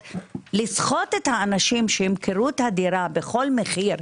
לסחוט את האנשים כדי שיימכרו את הדירה בכל מחיר,